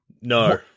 No